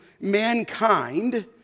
mankind